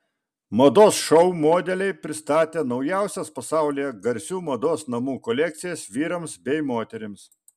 mados šou modeliai pristatė naujausias pasaulyje garsių mados namų kolekcijas vyrams bei moterims